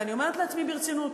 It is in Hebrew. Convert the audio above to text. ואני אומרת לעצמי ברצינות,